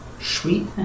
Sweet